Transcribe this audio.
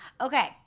Okay